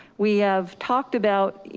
we have talked about.